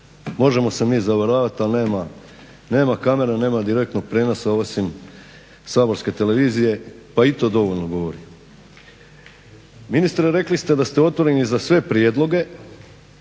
Možemo se mi zavaravat, ali nema kamere, nema direktnog prijenosa, osim saborske televizije pa i to dovoljno govori. Ministre rekli ste da ste otvoreni za sve prijedloge